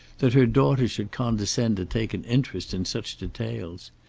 that her daughter should condescend to take an interest in such details.